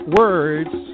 words